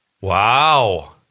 Wow